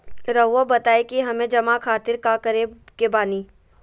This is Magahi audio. रहुआ बताइं कि हमें जमा खातिर का करे के बानी?